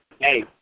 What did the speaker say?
hey